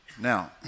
Now